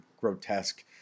grotesque